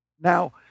Now